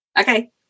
Okay